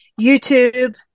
YouTube